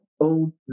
old